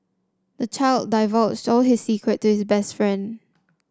the child divulged all his secrets to his best friend